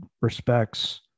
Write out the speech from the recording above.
respects